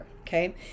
okay